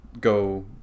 go